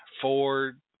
Ford